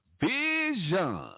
Vision